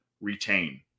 retain